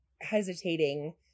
Hesitating